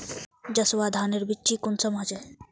जसवा धानेर बिच्ची कुंसम होचए?